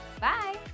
Bye